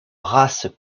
races